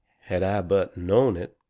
had i but known it.